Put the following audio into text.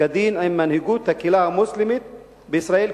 כדין עם מנהיגות הקהילה המוסלמית בישראל,